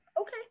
Okay